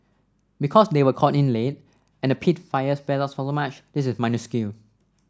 because they were called in late and the peat fire spread out so much this is minuscule